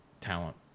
talent